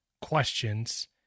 questions